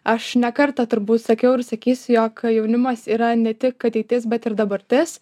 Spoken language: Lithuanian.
aš ne kartą turbūt sakiau ir sakysiu jog jaunimas yra ne tik ateitis bet ir dabartis